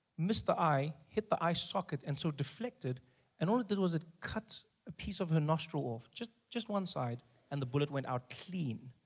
missed the eye hit the eye socket and so deflected and all it did was ah cut a piece of her nostril off just just one side and the bullet went out clean.